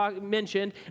mentioned